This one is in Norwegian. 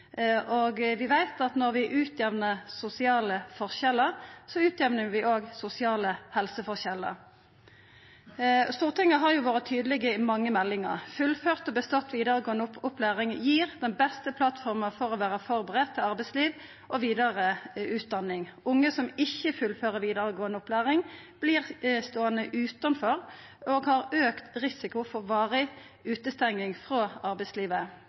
Vi veit at når vi utjamnar sosiale forskjellar, utjamnar vi òg sosiale helseforskjellar. Stortinget har vore tydeleg i mange meldingar: Fullført og bestått vidaregåande opplæring gir den beste plattforma for å vera førebudd på arbeidslivet og vidare utdanning. Unge som ikkje fullfører vidaregåande opplæring, vert ståande utanfor og har auka risiko for varig utestenging frå arbeidslivet.